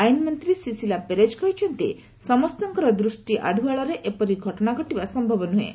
ଆଇନମନ୍ତ୍ରୀ ଶିଶିଲା ପେରେଜ୍ କହିଛନ୍ତି ସମସ୍ତଙ୍କର ଦୂଷ୍ଟି ଆଢୁଆଳରେ ଏପରି ଘଟଣା ଘଟିବା ସମ୍ଭବ ନୁହେଁ